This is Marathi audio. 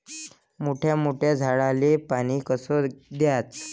मोठ्या मोठ्या झाडांले पानी कस द्याचं?